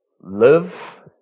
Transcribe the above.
Live